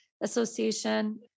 Association